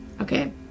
Okay